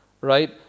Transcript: right